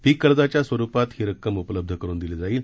पीक कर्जाच्या स्वरुपात ही रक्कम उपलब्ध करून दिली जाईल